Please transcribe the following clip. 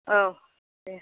औ दे